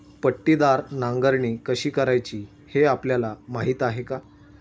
पट्टीदार नांगरणी कशी करायची हे आपल्याला माहीत आहे का?